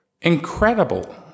Incredible